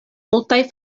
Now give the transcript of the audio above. multaj